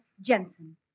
Jensen